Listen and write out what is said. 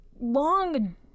long